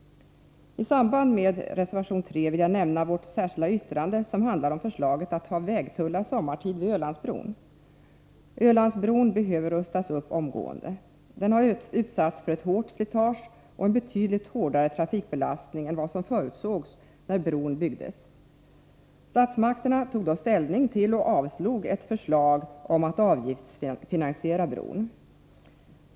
I samband med reservation 3 vill jag nämna vårt särskilda yttrande, som handlar om förslaget att ha vägtullar sommartid vid Ölandsbron. Ölandsbron behöver rustas upp omgående. Den har utsatts för ett hårt slitage och en betydligt hårdare trafikbelastning än vad som förutsågs när bron byggdes. Statsmakterna tog då ställning till och avslog ett förslag om att avgiftsfinansiera bron.